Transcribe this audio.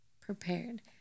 prepared